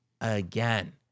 again